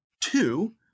Two